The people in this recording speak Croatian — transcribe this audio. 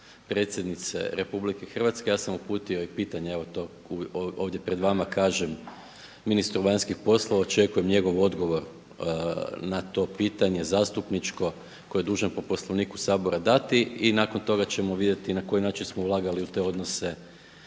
predsjednice RH. Ja sam uputio i pitanje ovdje pred vama kažem ministru vanjskih poslova, očekujem njegov odgovor na to pitanje zastupničko koje je dužan po Poslovniku Sabora dati i nakon toga ćemo vidjeti i na koji način smo ulagali u te odnose